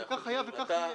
כך היה וכך יהיה.